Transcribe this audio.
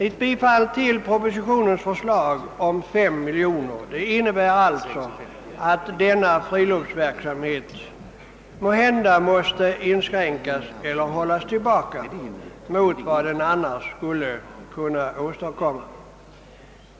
Ett bifall till departementschefens förslag om 5 miljoner kronor innebär alltså att denna friluftsverksamhet måhända måste inskränkas eller hållas tillbaka i jämförelse med vad som eljest skulle kunna åstadkommas.